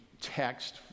text